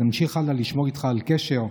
ונמשיך הלאה לשמור איתך על קשר.